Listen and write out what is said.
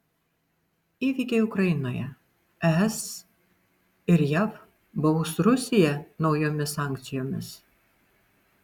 įvykiai ukrainoje es ir jav baus rusiją naujomis sankcijomis